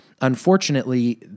unfortunately